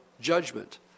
Judgment